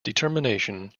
determination